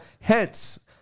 Hence